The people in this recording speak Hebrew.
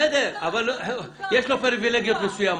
בסדר, אבל יש לו פריבילגיות מסוימות.